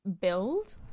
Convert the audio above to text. build